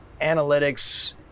analytics